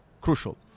crucial